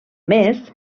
més